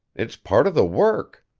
it's part of the work.